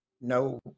no